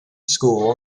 school